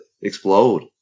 explode